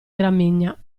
gramigna